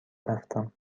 رفتم